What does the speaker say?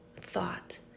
thought